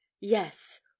yes